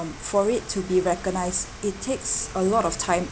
for it to be recognised it takes a lot of time